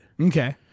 Okay